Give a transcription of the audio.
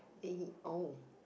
then he oh